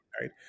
right